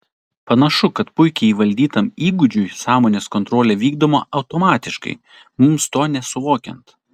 panašu kad puikiai įvaldytam įgūdžiui sąmonės kontrolė vykdoma automatiškai mums to nesuvokiant